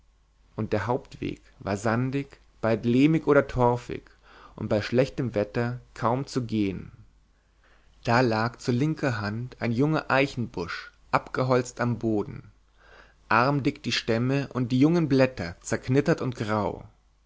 und der hauptweg war sandig bald lehmig oder torfig bei schlechtem wetter kaum zu gehen da lag zu linker hand ein junger eichenbusch abgeholzt am boden armdick die stämme und die jungen blätter zerknittert und grau